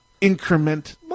increment